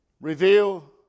reveal